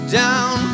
down